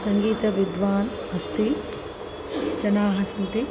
सङ्गीतविद्वान् अस्ति जनाः सन्ति